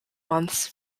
months